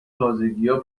تازگیها